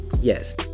yes